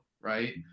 right